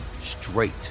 straight